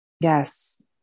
Yes